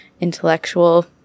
intellectual